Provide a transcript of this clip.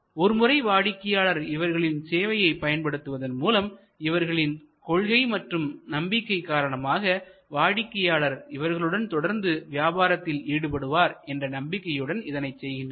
ஒருமுறை வாடிக்கையாளர் இவர்களின் சேவையை பயன்படுத்துவதன் மூலம் இவர்களின் கொள்கை மற்றும் நம்பிக்கை காரணமாக வாடிக்கையாளர் இவர்களுடன் தொடர்ந்து வியாபாரத்தில் ஈடுபடுவார் என்ற நம்பிக்கையுடன் இதனைச் செய்கின்றனர்